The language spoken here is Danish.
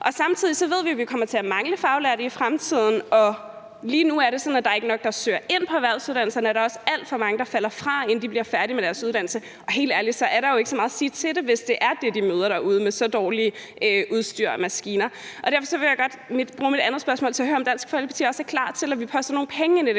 samtidig ved vi jo, at vi kommer til at mangle faglærte i fremtiden. Lige nu er det sådan, at der ikke er nok, der søger ind på erhvervsuddannelserne, og der er også alt for mange, der falder fra, inden de bliver færdige med deres uddannelse, og helt ærlig er der jo ikke meget at sige til det, hvis det er det, de møder derude, med så dårligt udstyr og dårlige maskiner. Derfor vil jeg godt bruge mit andet spørgsmål til at høre, om Dansk Folkeparti også er klar til, at vi poster nogle penge ind i det